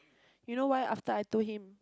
you know why after I told him